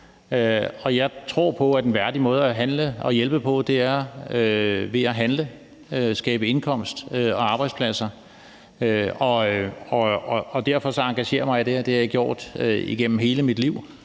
jeg tror på, at en værdig måde at hjælpe på er ved at handle og skabe indkomst og arbejdspladser. Derfor engagerer jeg mig i det her, og det har jeg gjort igennem hele mit liv,